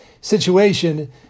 situation